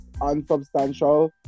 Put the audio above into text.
unsubstantial